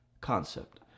concept